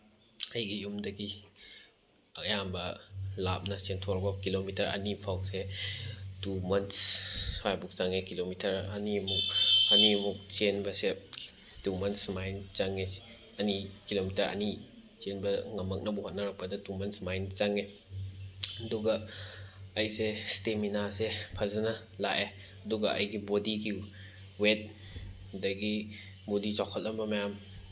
ꯑꯩꯒꯤ ꯌꯨꯝꯗꯒꯤ ꯑꯌꯥꯝꯕ ꯂꯥꯞꯅ ꯆꯦꯟꯊꯣꯔꯛꯄ ꯀꯤꯂꯣꯃꯤꯇꯔ ꯑꯅꯤꯐꯥꯎꯁꯦ ꯇꯨ ꯃꯟꯁ ꯁ꯭ꯋꯥꯏꯐꯥꯎ ꯆꯪꯉꯦ ꯀꯤꯂꯣꯃꯤꯇꯔ ꯑꯅꯤꯃꯨꯛ ꯑꯅꯤꯃꯨꯛ ꯆꯦꯟꯕꯁꯦ ꯇꯨ ꯃꯟꯁ ꯁꯨꯃꯥꯏꯅ ꯆꯪꯉꯦ ꯑꯅꯤ ꯀꯤꯂꯣꯃꯤꯇꯔ ꯑꯅꯤ ꯆꯦꯟꯕ ꯉꯝꯃꯛꯅꯕ ꯍꯣꯠꯅꯔꯛꯄꯗ ꯇꯨ ꯃꯟꯁ ꯁꯨꯃꯥꯏꯅ ꯆꯪꯉꯦ ꯑꯗꯨꯒ ꯑꯩꯁꯦ ꯏꯁꯇꯦꯃꯤꯅꯥꯁꯦ ꯐꯖꯅ ꯂꯥꯛꯑꯦ ꯑꯗꯨꯒ ꯑꯩꯒꯤ ꯕꯣꯗꯤꯒꯤ ꯋꯦꯠ ꯑꯗꯒꯤ ꯕꯣꯗꯤ ꯆꯥꯎꯈꯠꯂꯝꯕ ꯃꯌꯥꯝ